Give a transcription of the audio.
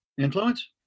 influence